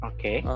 Okay